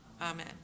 Amen